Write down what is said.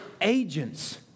agents